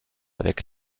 avec